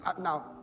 now